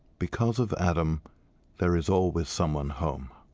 because of adam there is always someone home.